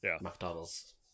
McDonald's